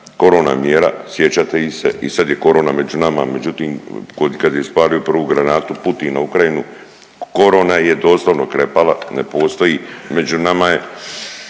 korona mjera sjećate ih se. I sada je korona među nama, međutim od kad je ispalio prvu granatu Putin na Ukrajinu korona je doslovno krepala, ne postoji, među nama je.